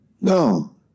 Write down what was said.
no